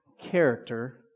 character